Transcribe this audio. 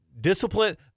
discipline